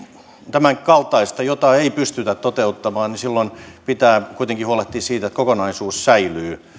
tämänkaltaista jota ei pystytä toteuttamaan silloin pitää kuitenkin huolehtia siitä että kokonaisuus säilyy